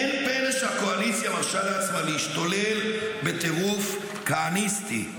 אין פלא שהקואליציה מרשה לעצמה להשתולל בטירוף כהניסטי.